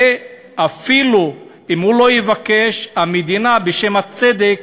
ואפילו אם הוא לא יבקש, המדינה בשם הצדק